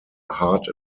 heart